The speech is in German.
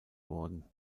worden